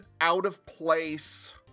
out-of-place